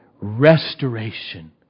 restoration